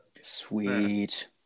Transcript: sweet